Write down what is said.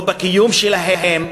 לא בקיום שלהם,